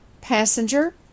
Passenger